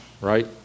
Right